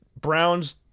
Browns